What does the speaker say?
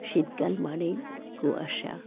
শীতকাল মানেই কুয়াশা